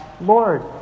Lord